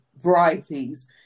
varieties